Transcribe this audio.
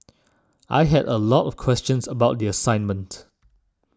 I had a lot of questions about the assignment